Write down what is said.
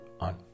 on